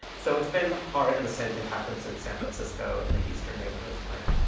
so it's been hard. and the same thing happens in san francisco in the eastern neighborhoods plan.